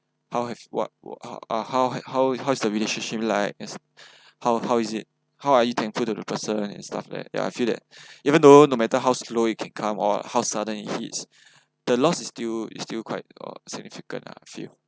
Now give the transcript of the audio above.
how have what uh how how how's the relationship like as how how is it how are you thankful to the person and stuff like that ya I feel that even though no matter how slow it can come or how sudden it hits the loss is still is still quite uh significant lah I feel